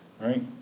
right